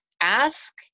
ask